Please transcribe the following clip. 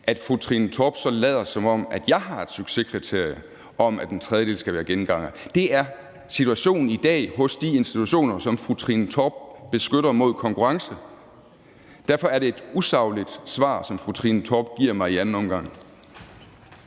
Når fru Trine Torp så lader, som om jeg har et succeskriterie om, at en tredjedel skal være gengangere, vil jeg sige: Det er situationen i dag hos de institutioner, som fru Trine Torp beskytter mod konkurrence. Derfor er det et usagligt svar, som fru Trine Torp giver mig i anden omgang.